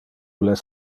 les